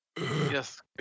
Yes